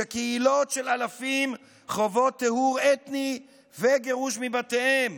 כשקהילות של אלפים חוות טיהור אתני וגירוש מבתיהם,